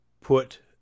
put